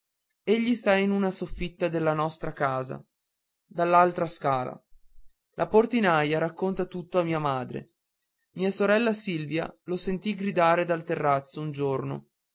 lavoro egli sta in una soffitta della nostra casa dall'altra scala la portinaia racconta tutto a mia madre mia sorella silvia lo sentì gridare dal terrazzo un giorno